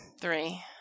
Three